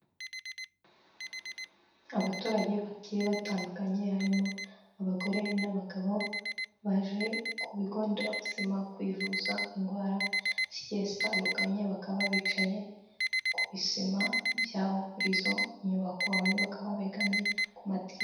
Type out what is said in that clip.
Abaturage bagiye batandukanye harimo abagore n'abagabo, baje ku bigo nderabuzima kwivuza indwara zigiye zitandukanye, bakaba bicaye ku bisima by'aho kuri izo nyubako, abandi bakaba begamye ku madirishya.